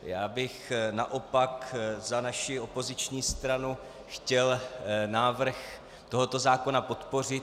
Já bych naopak za naši opoziční stranu chtěl návrh tohoto zákona podpořit.